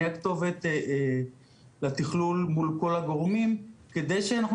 אני הכתובת לתכלול מול כל הגורמים על מנת שאנחנו